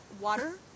water